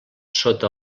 sota